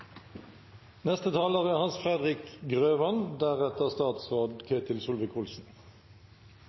Neste talar er statsråd